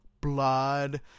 blood